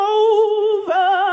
over